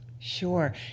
Sure